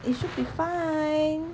it should be fine